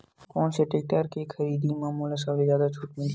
कोन से टेक्टर के खरीदी म मोला सबले जादा छुट मिलही?